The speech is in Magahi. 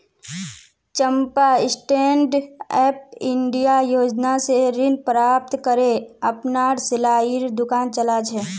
चंपा स्टैंडअप इंडिया योजना स ऋण प्राप्त करे अपनार सिलाईर दुकान चला छ